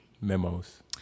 memos